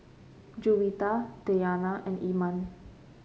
Juwita Dayana and Iman